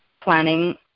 planning